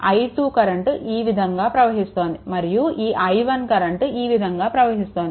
i2 current ఈ విధంగా ప్రవహిస్తోంది మరియు ఈ i1 కరెంట్ ఈ విధంగా ప్రవహిస్తోంది